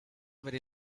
very